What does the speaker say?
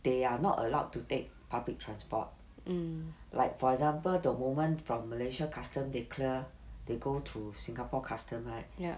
they are not allowed to take public transport like for example the women from malaysia custom they clear they go to singapore customer right